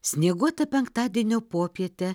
snieguotą penktadienio popietę